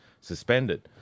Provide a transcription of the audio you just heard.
suspended